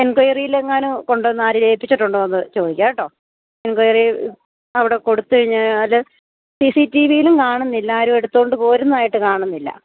എൻക്വയറിയിൽ എങ്ങാനും കൊണ്ട് വന്ന് ആരേലും ഏൽപ്പിച്ചിട്ടുണ്ടോന്ന് ചോദിക്കാം കേട്ടോ എൻക്വയറിയിൽ അവിടെ കൊടുത്ത് കഴിഞ്ഞാൽ സി സി ടിവിയിലും കാണുന്നില്ല ആരും എടുത്തോണ്ട് പോരുന്നതായിട്ട് കാണുന്നില്ല